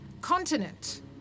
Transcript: continent